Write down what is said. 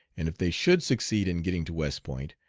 and if they should succeed in getting to west point,